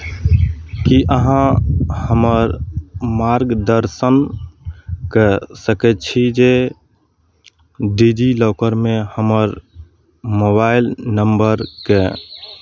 की अहाँ हमर मार्गदर्शन कऽ सकै छी जे डिजिलॉकरमे हमर मोबाइल नंबरके